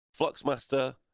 Fluxmaster